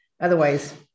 Otherwise